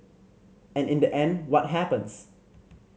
and in the end what happens